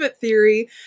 theory